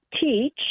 teach